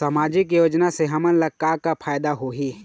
सामाजिक योजना से हमन ला का का फायदा होही?